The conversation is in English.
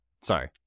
Sorry